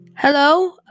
Hello